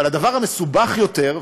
אבל הדבר המסובך יותר,